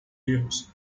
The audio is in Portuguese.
erros